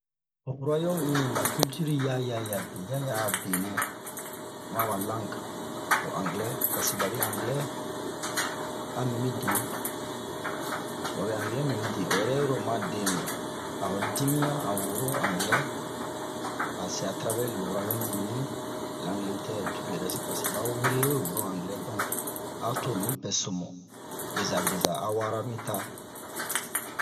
Ho ru'ayom-ini ba kiltir yaya ya yaya a'a benɛ mu a ba lange ho anglɛ paseke babe anglɛ a mi mide babe anglɛ mi mide o yɛrɛ iro oma dɛmu a ho dimiyan a woro anglɛ a sɛ a travɛr le ru'ayom-ini langletɛr e tu le rɛs paseke ba wure we woro anglɛ donk a to nupɛ so mu beza beza a wara mi ta